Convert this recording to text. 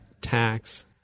tax